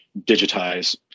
digitize